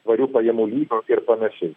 tvarių pajamų lygio ir panašiai